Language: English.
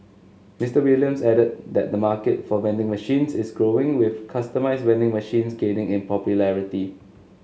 Mister Williams added that the market for vending machines is growing with customised vending machines gaining in popularity